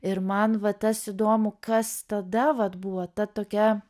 ir man va tas įdomu kas tada vat buvo ta tokia